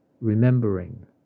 remembering